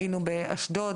שראינו באשדוד,